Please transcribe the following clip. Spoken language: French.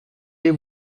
les